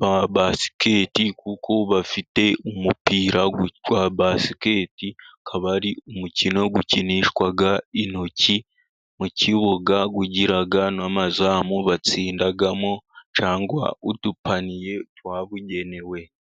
ba basiketi, kuko bafite umupira witwa basiketi. Akaba ari umukino ukinishwa intoki mu kibuga, ugira n'amazamu batsindamo cyangwa udupaniye twabugenewe.